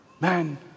man